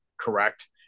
correct